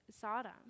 Sodom